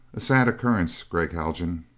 a sad occurrence, gregg haljan.